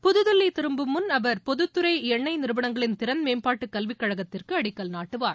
புதுதில்லி திரும்பும் முன் அவர் பொதுத் துறை எண்ணெய் நிறுவனங்களின் திறன் மேம்பாட்டு கல்விக் கழகத்திற்கு அடிக்கல் நாட்டுவார்